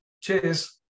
Cheers